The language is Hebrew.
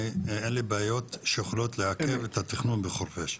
אין לי בעיות שיכולות לעכב את התכנון בחורפיש.